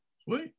sweet